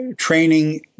training